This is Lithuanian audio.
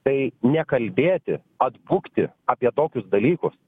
tai nekalbėti atbukti apie tokius dalykus